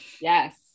Yes